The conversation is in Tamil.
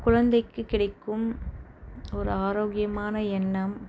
குழந்தைக்கு கிடைக்கும் ஒரு ஆரோக்கியமான எண்ணம்